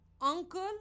uncle